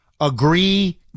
Agree